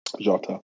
Jota